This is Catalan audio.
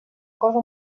cosa